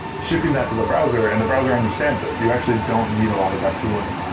shipping that to the browser, and the browser understands it. you actually don't need a lot of that tooling.